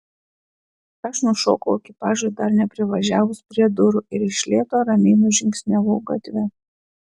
aš nušokau ekipažui dar neprivažiavus prie durų ir iš lėto ramiai nužingsniavau gatve